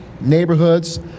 neighborhoods